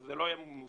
זה לא היה ממוסמך.